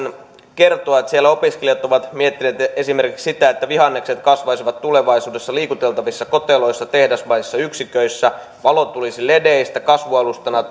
kertoa että siellä opiskelijat ovat miettineet esimerkiksi sitä että vihannekset kasvaisivat tulevaisuudessa liikuteltavissa koteloissa tehdasmaisissa yksiköissä valo tulisi ledeistä kasvualustana